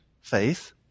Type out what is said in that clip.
Faith